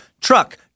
Truck